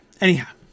Anyhow